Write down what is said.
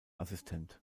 assistent